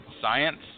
Science